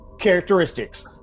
characteristics